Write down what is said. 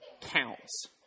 counts